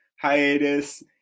hiatus